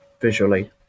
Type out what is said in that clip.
visually